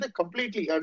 completely